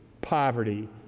poverty